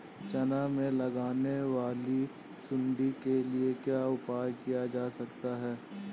चना में लगने वाली सुंडी के लिए क्या उपाय किया जा सकता है?